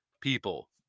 people